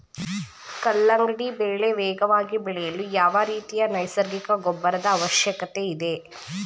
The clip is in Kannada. ಕಲ್ಲಂಗಡಿ ಬೆಳೆ ವೇಗವಾಗಿ ಬೆಳೆಯಲು ಯಾವ ರೀತಿಯ ನೈಸರ್ಗಿಕ ಗೊಬ್ಬರದ ಅವಶ್ಯಕತೆ ಇದೆ?